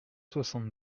soixante